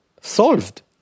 solved